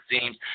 seems